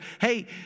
hey